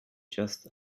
just